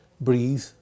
breathe